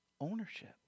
ownership